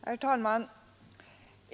Herr talman!